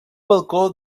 balcó